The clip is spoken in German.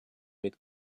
mit